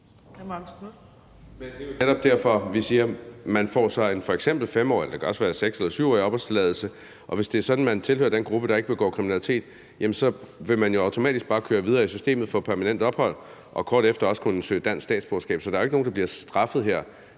Det er jo netop derfor, vi siger, at man f.eks. får en 5-årig opholdstilladelse, eller det kan også være en 6- eller 7-årig opholdstilladelse, og hvis det er sådan, at man tilhører den gruppe, der ikke begår kriminalitet, så vil man jo automatisk bare køre videre i systemet og få permanent ophold og kort efter også kunne søge dansk statsborgerskab. Så der er jo ikke nogen, der bliver straffet her.